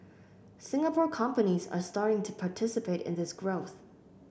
Singapore companies are starting to participate in this growth